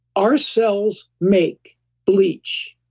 our cells make bleach